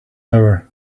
hour